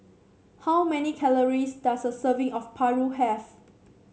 how many calories does a serving of paru have